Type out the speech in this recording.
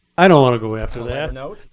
i don't want to go after that.